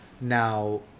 now